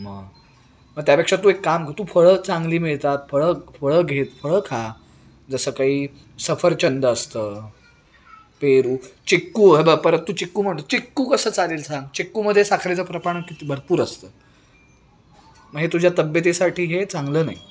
मग मग त्यापेक्षा तू एक काम घे तू फळं चांगली मिळतात फळं फळं घेत फळं खा जसं काही सफरचंद असतं पेरू चिक्कू हे बघ परत तू चिक्कू म्हणतो चिक्कू कसं चालेल सांग चिक्कूमध्ये साखरेचं प्रमाण किती भरपूर असतं मग हे तुझ्या तब्येतीसाठी हे चांगलं नाही